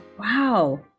wow